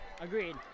Agreed